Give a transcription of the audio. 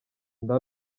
inda